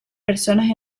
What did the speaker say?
personas